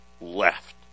left